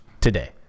today